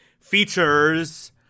features